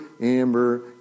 Amber